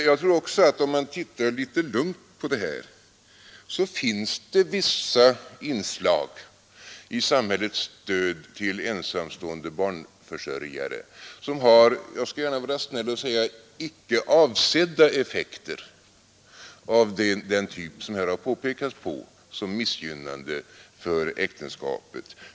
Jag tror emellertid att om man tittar litet lugnt på det här så finner man vissa inslag i samhällets stöd till ensamstående barnförsörjare som har — jag skall vara snäll — icke avsedda effekter av den typ som här har påtalats som missgynnande för äktenskapet.